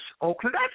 Oakland